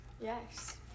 Yes